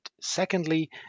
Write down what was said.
secondly